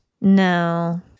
No